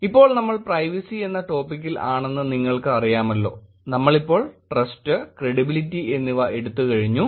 ഇപ്പോൾ നമ്മൾ പ്രൈവസി എന്ന ടോപിക്കിൽ ആണെന്ന് നിങ്ങൾക്ക് അറിയാമല്ലോ നമ്മൾ ഇപ്പോൾ ട്രസ്റ്റ് ക്രെഡിബിലിറ്റി എന്നിവ എടുത്തുകഴിഞ്ഞു